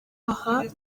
aha